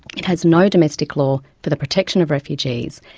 it has no domestic law for the protection of refugees,